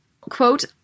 quote